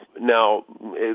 Now